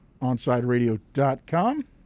OnSideRadio.com